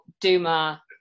Duma